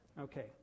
okay